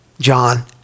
John